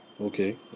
Okay